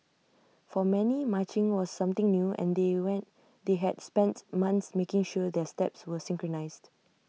for many marching was something new and they when they had spent months making sure their steps were synchronised